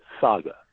Saga